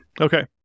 Okay